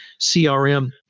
CRM